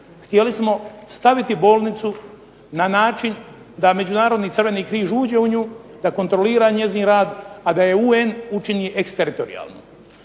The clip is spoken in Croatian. Htjeli smo staviti bolnicu na način da Međunarodni Crveni križ uđe u nju da kontrolira njezin rad a da je UN učini eksteritorijalnom